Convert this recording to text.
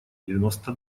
девяносто